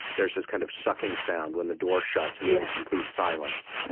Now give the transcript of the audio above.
there's this kind of sucking sound when the door shuts and you're in complete silence.